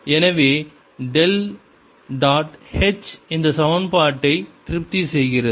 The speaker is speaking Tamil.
எனவே டெல் டாட் h இந்த சமன்பாட்டை திருப்தி செய்கிறது